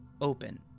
open